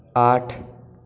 आठ